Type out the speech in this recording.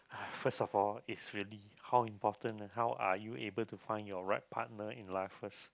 first of all it's really how important how are you able to find your right partner in life first